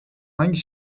hangi